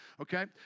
Okay